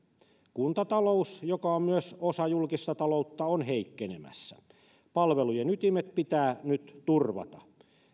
kuntatalous joka on myös osa julkista taloutta on heikkenemässä palvelujen ytimet pitää nyt turvata